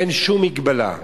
אין שום מגבלה.